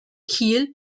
kiel